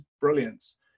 brilliance